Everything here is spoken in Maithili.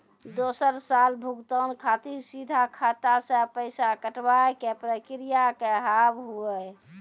दोसर साल भुगतान खातिर सीधा खाता से पैसा कटवाए के प्रक्रिया का हाव हई?